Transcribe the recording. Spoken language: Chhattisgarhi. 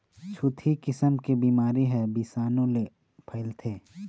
छुतही किसम के बिमारी ह बिसानु ले फइलथे